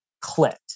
clicked